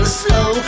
slow